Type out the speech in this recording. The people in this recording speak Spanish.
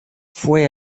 fue